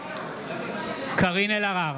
קארין אלהרר,